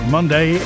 Monday